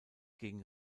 gegen